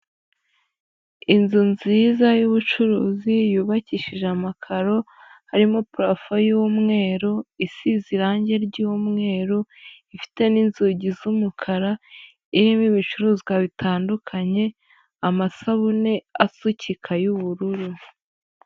Inzu nziza y'ubucuruzi yubakishije amakaro, harimo purafo y'umweru, isize irangi ry'umweru, ifite n'inzugi z'umukara, irimo ibicuruzwa bitandukanye, amasabune asukika y'ubururu.